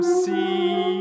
see